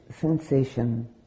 sensation